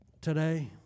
today